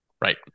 Right